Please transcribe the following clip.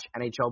NHL